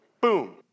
boom